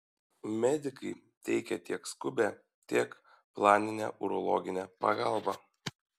medikai teikia tiek skubią tiek planinę urologinę pagalbą